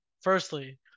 firstly